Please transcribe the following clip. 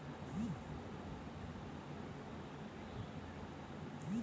লকদের যে ছব লিয়াবিলিটি মিটাইচ্ছে সেট হছে ক্যাসুয়ালটি ইলসুরেলস